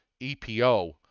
EPO